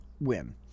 win